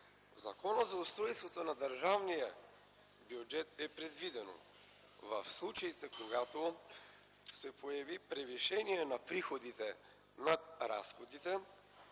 Закона за устройството на държавния бюджет е предвидено в случаите, когато се появи превишение на приходите над разходите